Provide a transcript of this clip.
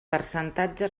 percentatge